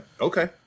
Okay